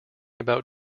about